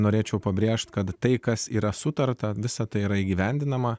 norėčiau pabrėžti kad tai kas yra sutarta visa tai yra įgyvendinama